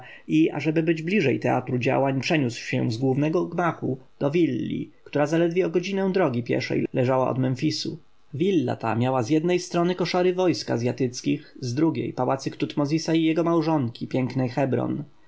i ażeby być bliżej teatru działań przeniósł się z głównego gmachu do willi która zaledwie o godzinę drogi pieszej leżała od memfisu willa ta miała z jednej strony koszary wojsk azjatyckich z drugiej pałacyk tutmozisa i jego małżonki pięknej hebron